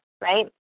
right